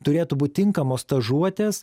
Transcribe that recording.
turėtų būt tinkamos stažuotės